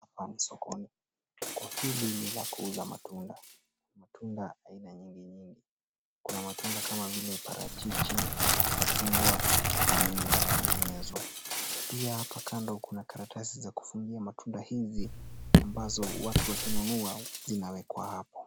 Hapa ni sokoni. Soko hili, ni la kuuza matunda, matunda aina nyingi nyingi, kuna matunda kama vile parachichi, machungwa, maembe na zinginezo. Pia hapa kando, kuna karatasi za kufungia matunda hizi, ambazo watu wakinunua, zinaweka hapo.